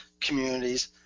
communities